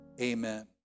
Amen